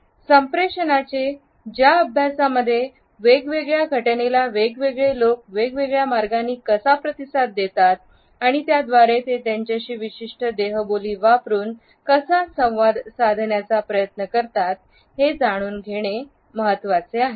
संप्रेषणाचे च्या अभ्यासामध्ये वेगवेगळ्या घटनेला वेगवेगळे लोक वेगवेगळ्या मार्गांनी कसा प्रतिसाद देतात आणि त्याद्वारे ते त्यांच्याशी विशिष्ट देहबोली वापरून कसा संवाद साधण्याचा प्रयत्न करतात हे जाणून घेणे महत्वाचे आहे